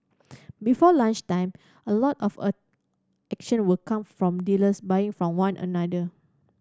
before lunchtime a lot of a action will come from dealers buying from one another